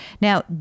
Now